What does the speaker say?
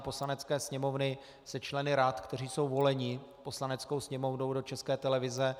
Poslanecké sněmovny se členy rad, kteří jsou voleni Poslaneckou sněmovnou do České televize.